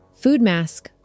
Foodmask